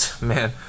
man